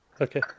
Okay